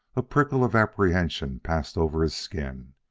a prickle of apprehension passed over his skin.